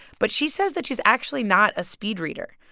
but she says that she's actually not a speed-reader.